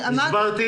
הסברתי